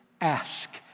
Ask